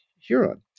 Huron